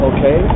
Okay